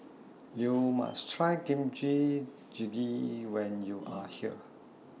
YOU must Try Kimchi Jjigae when YOU Are here